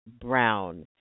Brown